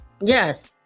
Yes